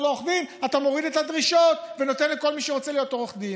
עורך דין אתה מוריד את הדרישות ונותן לכל מי שרוצה להיות עורך דין.